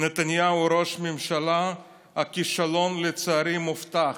נתניהו ראש ממשלה הכישלון לצערי מובטח,